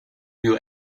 you